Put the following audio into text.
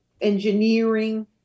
engineering